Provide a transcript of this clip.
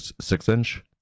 six-inch